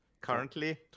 Currently